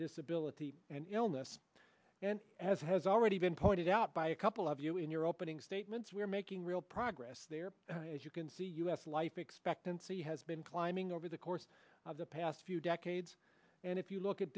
disability and illness and as has already been pointed out by a couple of you in your opening statements we are making real progress there as you can see us life expectancy has been climbing over the course of the past few decades and if you look at